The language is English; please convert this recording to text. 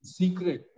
secret